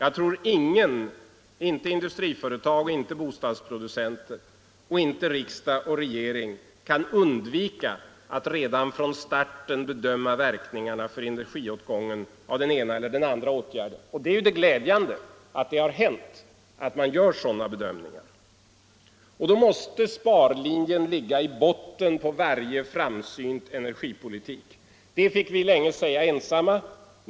Nu kan ingen — inte industriföretag, inte bostadsproducenter, inte riksdag och regering — undvika att redan från starten bedöma verkningarna för energiåtgång av den ena eller andra åtgärden. Det är glädjande att man nu gör sådana bedömningar. Sparlinjen måste ligga i botten på varje framsynt energipolitik. Det fick vi länge säga ensamma.